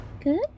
Good